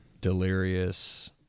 Delirious